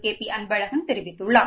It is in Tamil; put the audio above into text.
கே பி அன்பழகன் தெரிவித்துள்ளார்